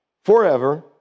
forever